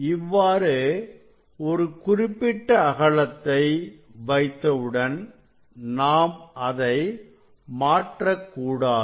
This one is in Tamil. இவ்வாறு ஒரு குறிப்பிட்ட அகலத்தை வைத்தவுடன் நாம் அதை மாற்றக்கூடாது